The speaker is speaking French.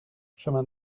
chemin